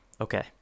Okay